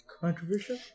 controversial